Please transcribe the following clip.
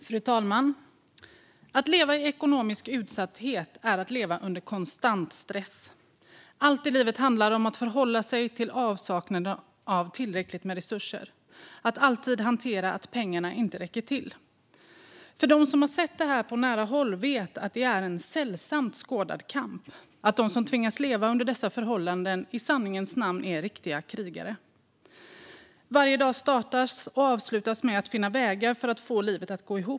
Fru talman! Att leva i ekonomisk utsatthet är att leva under konstant stress. Allt i livet handlar om att förhålla sig till avsaknaden av tillräckligt med resurser, att alltid hantera att pengarna inte räcker till. De som sett det här på nära håll vet att det är en sällan skådad kamp och att de som tvingas leva under dessa förhållanden i sanning är riktiga krigare. Varje dag startas och avslutas med att finna vägar för att få livet att gå ihop.